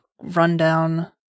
rundown